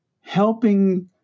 helping